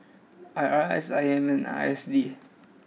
I R S I M and I S D